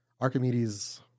Archimedes